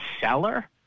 seller